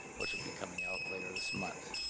which will be coming out later this month.